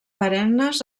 perennes